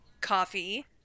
coffee